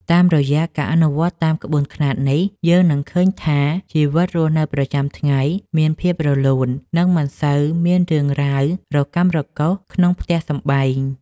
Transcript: តាមរយៈការអនុវត្តតាមក្បួនខ្នាតនេះយើងនឹងឃើញថាជីវិតរស់នៅប្រចាំថ្ងៃមានភាពរលូន និងមិនសូវមានរឿងរ៉ាវរកាំរកូសក្នុងផ្ទះសម្បែង។